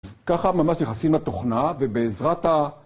ככה ממש נכנסים לתוכנה, ובעזרת ה...